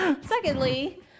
Secondly